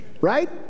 Right